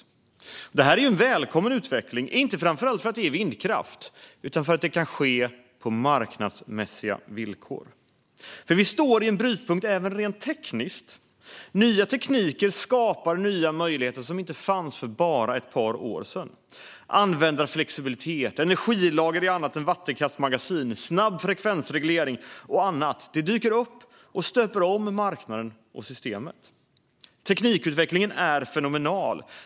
Detta är en välkommen utveckling, inte framför allt för att det handlar om vindkraft utan för att det kan ske på marknadsmässiga villkor. Vi står i en brytpunkt även rent tekniskt. Nya tekniker skapar nya möjligheter som inte fanns för bara ett par år sedan. Användarflexibilitet, energilagring i annat än vattenkraftsmagasin, snabb frekvensreglering och annat dyker upp och stöper om marknaden och systemet. Teknikutvecklingen är fenomenal.